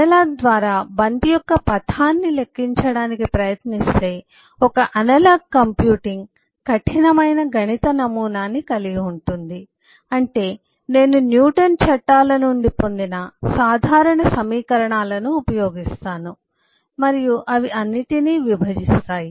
analogue ద్వారా బంతి యొక్క పథాన్ని లెక్కించడానికి ప్రయత్నిస్తే ఒక అనలాగ్ కంప్యూటింగ్ కఠినమైన గణిత నమూనాను కలిగి ఉంటుంది అంటే నేను న్యూటన్ చట్టాల నుండి పొందిన సాధారణ సమీకరణాలను ఉపయోగిస్తాను మరియు అవి అన్నింటినీ విభజిస్తాయి